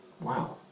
wow